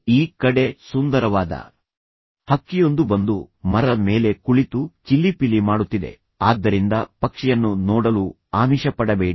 ಈ ಕಡೆ ಸುಂದರವಾದ ಹಕ್ಕಿಯೊಂದು ಬಂದು ಮರದ ಮೇಲೆ ಕುಳಿತು ಚಿಲಿಪಿಲಿ ಮಾಡುತ್ತಿದೆ ಆದ್ದರಿಂದ ಪಕ್ಷಿಯನ್ನು ನೋಡಲು ಆಮಿಷಪಡಬೇಡಿ